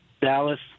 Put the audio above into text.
Dallas